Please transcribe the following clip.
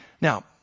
Now